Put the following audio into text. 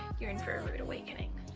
you're infertile weakening.